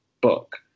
book